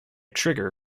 trigger